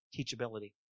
teachability